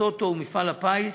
הטוטו ומפעל הפיס